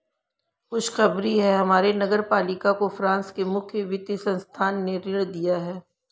खुशखबरी है हमारे नगर पालिका को फ्रांस के मुख्य वित्त संस्थान ने ऋण दिया है